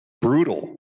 brutal